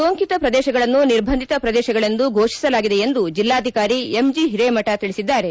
ಸೊಂಕಿತ ಪ್ರದೇಶಗಳನ್ನು ನಿರ್ಬಂಧಿತ ಪ್ರದೇಶಗಳೆಂದು ಘೋಷಿಸಲಾಗಿದೆ ಎಂದು ಜಿಲ್ಲಾಧಿಕಾರಿ ಎಂ ಜಿ ಹಿರೇಮಠ ತಿಳಿಸಿದ್ದಾರೆ